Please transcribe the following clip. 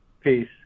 peace